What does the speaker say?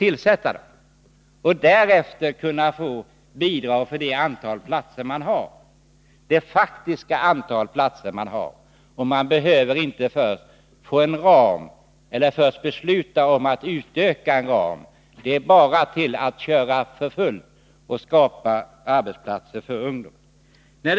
Därefter kan kommunerna få bidrag för det faktiska antal platser som de har. De behöver inte först besluta om att öka ramen. Det är bara att köra för fullt och skapa arbetsplatser för ungdomarna.